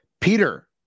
Peter